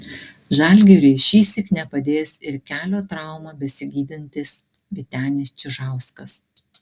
žalgiriui šįsyk nepadės ir kelio traumą besigydantis vytenis čižauskas